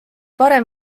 varem